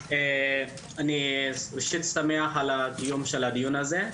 אני ראשית שמח על הקיום של הדיון הזה.